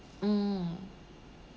mm